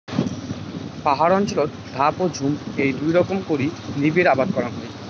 পাহাড় অঞ্চলত ধাপ ও ঝুম এ্যাই দুই রকম করি নিবিড় আবাদ করাং হই